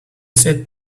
said